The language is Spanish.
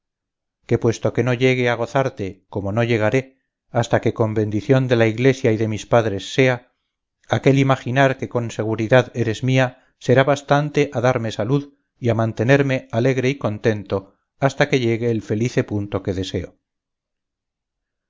que puesto que no llegue a gozarte como no llegaré hasta que con bendición de la iglesia y de mis padres sea aquel imaginar que con seguridad eres mía será bastante a darme salud y a mantenerme alegre y contento hasta que llegue el felice punto que deseo